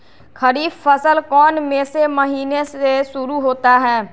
खरीफ फसल कौन में से महीने से शुरू होता है?